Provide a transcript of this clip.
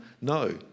No